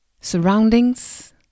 surroundings